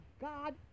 God